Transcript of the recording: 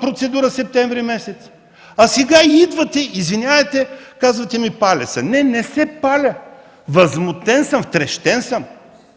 процедура септември месец”. А сега идвате, извинявайте, казвате, че се паля. Не, не се паля, възмутен съм, втрещен съм